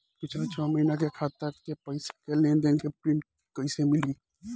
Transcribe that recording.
पिछला छह महीना के खाता के पइसा के लेन देन के प्रींट कइसे मिली?